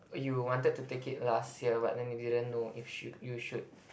oh you wanted to take it last year but then you didn't know if should you should